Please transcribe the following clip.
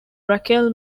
raquel